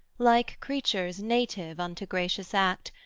like creatures native unto gracious act,